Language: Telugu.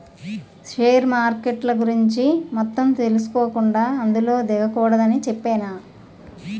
షేర్ మార్కెట్ల గురించి మొత్తం తెలుసుకోకుండా అందులో దిగకూడదని చెప్పేనా